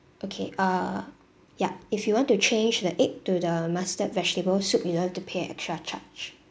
okay uh yup if you want to change the egg to the mustard vegetable soup you don't have to pay an extra charge